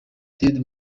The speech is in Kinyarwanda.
teddy